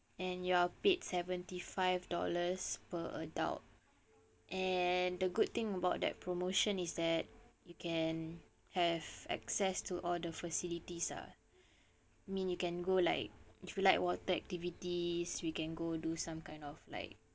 and you are paid seventy five dollars per adult and the good thing about that promotion is that you can have access to all the facilities ah mean you can go like if you like water activities we can go do some kind of like